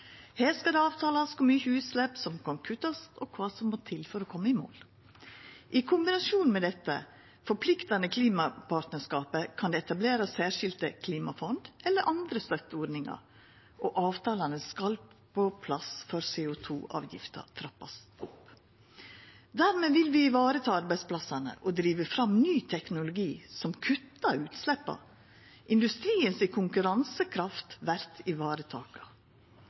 Her skal det avtalast kor mykje utslepp som kan kuttast, og kva som må til for å koma i mål. I kombinasjon med det forpliktande klimapartnarskapet kan det etablerast særskilde klimafond eller andre støtteordningar, og avtalane skal på plass før CO 2 -avgifta vert trappa opp. Dermed vil vi vareta arbeidsplassane og driva fram ny teknologi som kuttar utsleppa. Konkurransekrafta til industrien vert